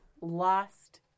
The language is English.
lost